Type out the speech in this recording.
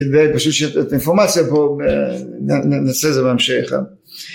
ופשוט שאת האינפורמציה פה נעשה את זה בהמשך